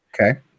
Okay